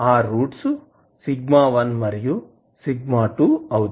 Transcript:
roots σ1 మరియు σ2 అవుతాయి